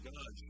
God